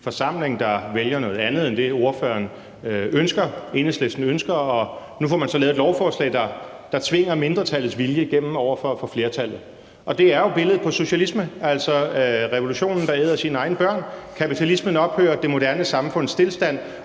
der vælger noget andet end det, som ordføreren og Enhedslisten ønsker. Og nu får man så lavet et lovforslag, der tvinger mindretallets vilje igennem over for flertallet, og det er jo billedet på socialisme, altså revolutionen, der æder sine egne børn; kapitalismens ophør; det moderne samfunds stilstand;